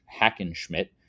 Hackenschmidt